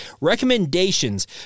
recommendations